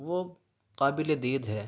وہ قابل دید ہے